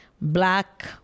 black